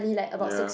ya